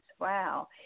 Wow